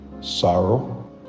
sorrow